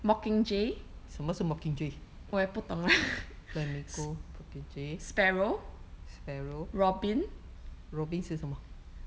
mockingjay 我也不懂啦 s~ sparrow robin